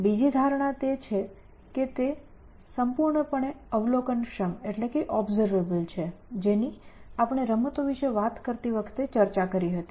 બીજી ધારણા તે છે કે તે સંપૂર્ણ રીતે અવલોકનક્ષમ છે જેની આપણે રમતો વિશે વાત કરતી વખતે ચર્ચા કરી હતી